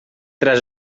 traç